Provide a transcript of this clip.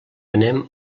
anem